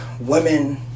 women